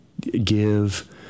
give